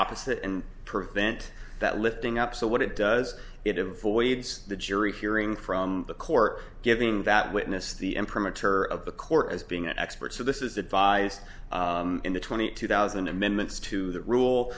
opposite and prevent that lifting up so what it does it avoids the jury hearing from the court giving that witness the end perimeter of the court as being an expert so this is advised in the twenty two thousand amendments to the rule